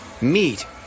meet